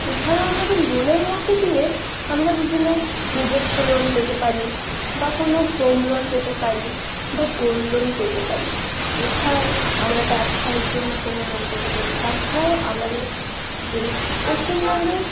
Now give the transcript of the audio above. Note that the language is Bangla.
এছাড়াও আমাদের লোনের মধ্য দিয়ে আমরা বিভিন্ন নিজস্ব লোন পেতে পারি বা কোন হোম লোন পেতে পারি বা গোল্ড লোন পেতে পারি এছাড়াও আমরা ব্যবসার জন্য কোন লোন পেতে পারি তাছাড়াও আমাদের যে পশ্চিমবঙ্গের